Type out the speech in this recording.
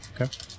Okay